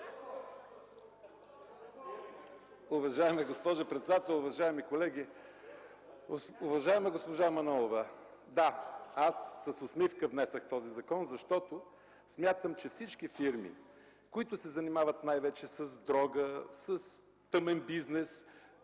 Уважаема госпожо председател, уважаеми колеги! Уважаема госпожо Манолова, аз с усмивка внесох този законопроект, защото смятам, че всички фирми, които се занимават най-вече с дрога, с тъмен бизнес